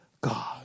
God